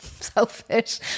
selfish